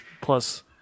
plus